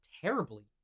terribly